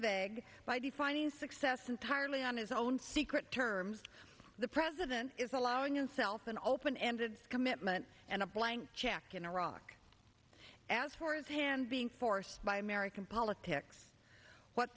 vague by defining success entirely on his own in secret terms the president is allowing in self an open ended commitment and a blank check in iraq as far as hand being forced by american politics what